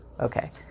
okay